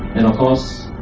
and of course,